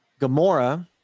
Gamora